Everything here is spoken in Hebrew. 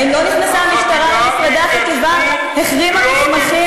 האם לא נכנסה המשטרה למשרדי החטיבה והחרימה מסמכים?